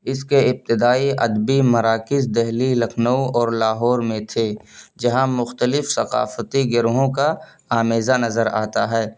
اس کے ابتدائی ادبی مراکز دہلی لکھنو اور لاہور میں تھے جہاں مختلف ثقافتی گروہوں کا آمیزہ نظر آتا ہے